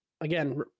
again